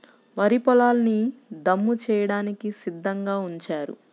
వరి పొలాల్ని దమ్ము చేయడానికి సిద్ధంగా ఉంచారు